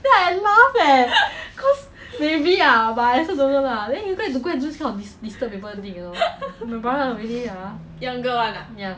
the platoon sergeant 要剪头发 mah !wah! then he damn du lan eh he was like 头发这样短 liao 剪什么 but ended up he go and find the